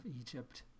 Egypt